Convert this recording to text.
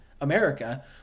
America